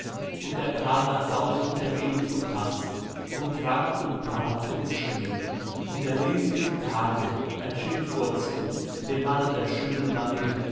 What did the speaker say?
und er kam nach haus und er ging zum tanz und trank und prahlte und schrie und er rief timm taadje ein schimpfwort zu dem manne der schönen marie